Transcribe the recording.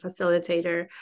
facilitator